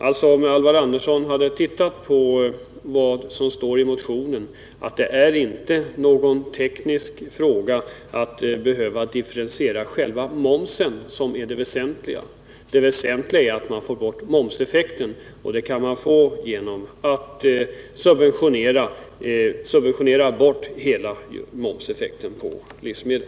Om således Alvar Andersson hade läst motionen skulle han ha funnit att det inte är någon teknisk fråga när det gäller att differentiera själva momsen som är det väsentliga. Det väsentliga är att man får bort momseffekten, och det kan man åstadkomma genom att subventionera bort den effekten på livsmedel.